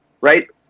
right